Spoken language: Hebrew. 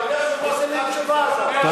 איזה מין תשובה זו?